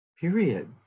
period